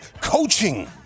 coaching